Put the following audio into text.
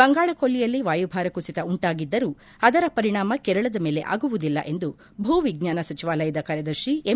ಬಂಗಾಳ ಕೊಲ್ಲಿಯಲ್ಲಿ ವಾಯುಭಾರ ಕುಸಿತ ಉಂಟಾಗಿದ್ದರೂ ಅದರ ಪರಿಣಾಮ ಕೇರಳದ ಮೇಲೆ ಆಗುವುದಿಲ್ಲ ಎಂದು ಭೂ ವಿಜ್ಞಾನ ಸಚಿವಾಲಯದ ಕಾರ್ಯದರ್ಶಿ ಎಂ